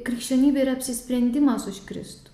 krikščionybę ir apsisprendimas už kristų